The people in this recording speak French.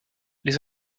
les